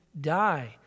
die